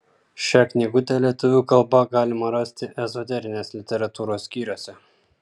šią knygutę lietuvių kalba galima rasti ezoterinės literatūros skyriuose